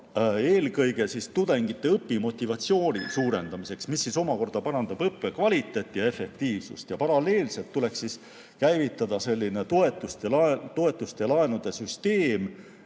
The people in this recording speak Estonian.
eelkõige tudengite õpimotivatsiooni suurendamiseks, mis omakorda parandaks õppe kvaliteeti ja efektiivsust. Paralleelselt tuleks käivitada toetuste ja laenude süsteem,